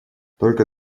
только